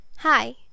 Hi